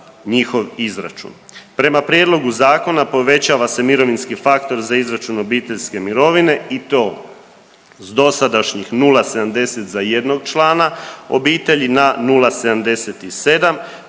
njihov izračun. Prema prijedlogu zakona povećava se mirovinski faktor za izračun obiteljske mirovine i to s dosadašnjih 0,70 za jednog člana obitelji na 0,77,